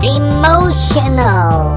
emotional